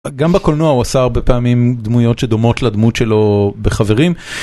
גם בקולנוע הוא עשה הרבה פעמים דמויות שדומות לדמות שלו בחברים.